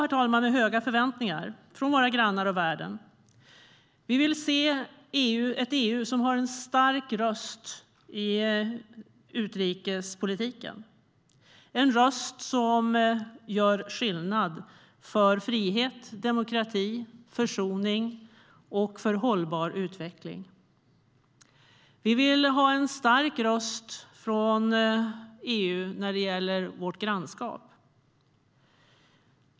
Det är bra med höga förväntningar från våra grannar och från världen. Vi vill se ett EU som har en stark röst i utrikespolitiken, en röst som gör skillnad för frihet, demokrati, försoning och hållbar utveckling. Vi vill ha en stark röst från EU när det gäller vårt grannskap.